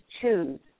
choose